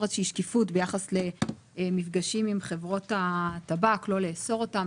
איזושהי שקיפות ביחס למפגשים עם חברות הטבק ולא לאסור זאת.